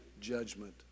judgment